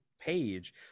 page